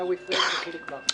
עורכי הדין (שינוי סף המעבר), התשע"ט 2018, אושר.